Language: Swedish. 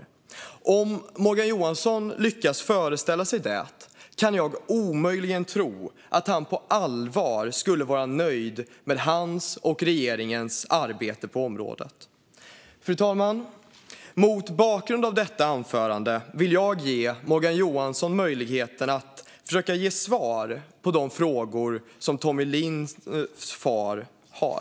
Om Morgan Johansson lyckas föreställa sig detta kan jag omöjligen tro att han på allvar skulle vara nöjd med sitt och regeringens arbete på området. Fru talman! Mot bakgrund av detta anförande vill jag ge Morgan Johansson möjlighet att försöka ge svar på de frågor som Tommie Lindhs far har.